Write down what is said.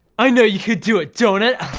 i know you can do it, doughnut.